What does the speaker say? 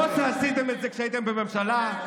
כמו שעשיתם כשהייתם בממשלה,